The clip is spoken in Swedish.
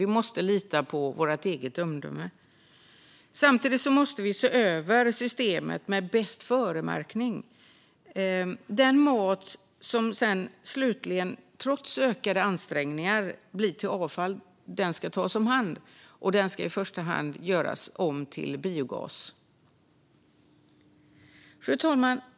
Vi måste lita på vårt eget omdöme. Samtidigt måste vi se över systemet med bästföremärkning. Den mat som sedan slutligen, trots ökade ansträngningar, blir till avfall ska tas om hand, och den ska i första hand göras om till biogas. Fru talman!